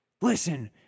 Listen